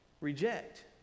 reject